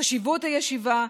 חשיבות הישיבה,